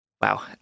Wow